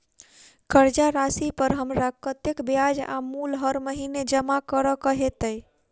कर्जा राशि पर हमरा कत्तेक ब्याज आ मूल हर महीने जमा करऽ कऽ हेतै?